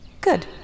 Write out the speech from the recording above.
Good